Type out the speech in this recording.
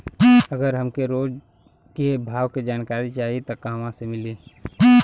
अगर हमके रोज के भाव के जानकारी चाही त कहवा से मिली?